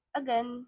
again